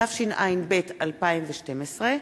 התשע"ב 2012,